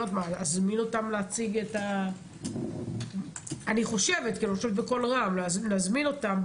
אזמין אותם להציג אני חושבת בקול רם נזמין אותם,